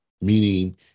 meaning